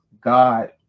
God